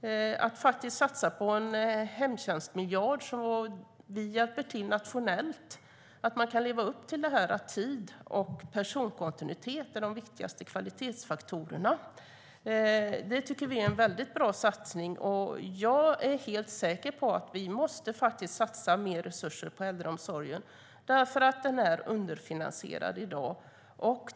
Genom att satsa på en hemtjänstmiljard hjälper vi till nationellt att leva upp till att tid och personkontinuitet är de viktigaste kvalitetsfaktorerna. Det tycker vi är en väldigt bra satsning. Jag är helt säker på att vi måste satsa mer resurser på äldreomsorgen därför att den är underfinansierad i dag.